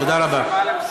תודה רבה.